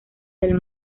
del